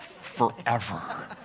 forever